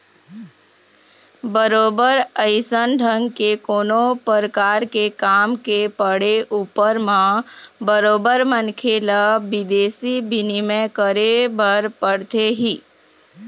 बरोबर अइसन ढंग के कोनो परकार के काम के पड़े ऊपर म बरोबर मनखे ल बिदेशी बिनिमय करे बर परथे ही